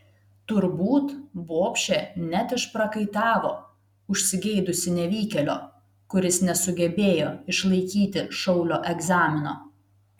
turbūt bobšė net išprakaitavo užsigeidusi nevykėlio kuris nesugebėjo išlaikyti šaulio egzamino